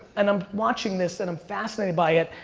and i'm watching this and i'm fascinated by it.